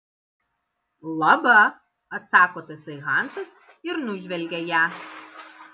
laba atsako tasai hansas ir nužvelgia ją